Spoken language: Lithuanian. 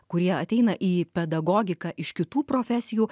kurie ateina į pedagogiką iš kitų profesijų